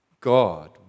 God